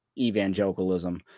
evangelicalism